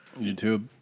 YouTube